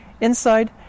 Inside